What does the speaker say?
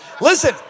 Listen